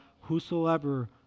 whosoever